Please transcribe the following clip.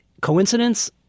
coincidence